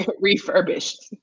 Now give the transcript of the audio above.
refurbished